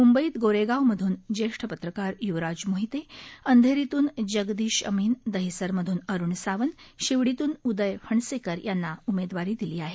मुंबईत गोरेगावमधून ज्येष्ठ पत्रकार युवराज मोहिते अंधेरीतून जगदीश अमीन दहिसर मधून अरुण सावंत शिवडीतून उदय फणसेकर यांना उमेदवारी दिली आहे